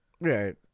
Right